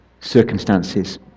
circumstances